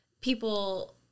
people